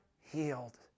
healed